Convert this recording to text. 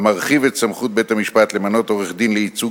המרחיב את סמכות בית-המשפט למנות עורך-דין לייצוג